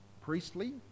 Priestly